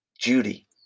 Judy